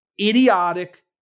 idiotic